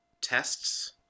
tests